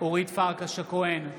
אורית פרקש הכהן,